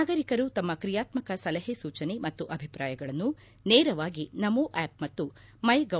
ನಾಗರಿಕರು ತಮ್ಮ ಕ್ರಿಯಾತ್ಮಕ ಸಲಹೆ ಸೂಚನೆ ಮತ್ತು ಅಭಿಪ್ರಾಯಗಳನ್ನು ನೇರವಾಗಿ ನಮೋ ಆಪ್ ಮತ್ತು ಮೈಗೌ